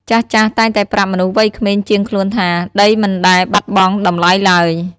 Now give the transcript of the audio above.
ចាស់ៗតែងតែប្រាប់មនុស្សវ័យក្មេងជាងខ្លួនថា ដីមិនដែលបាត់បង់តម្លៃឡើយ។